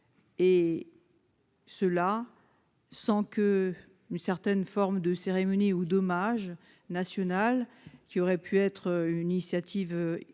Et. Ceux-là sans qu'une certaine forme de cérémonie ou d'hommage national qui aurait pu être une initiative